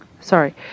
sorry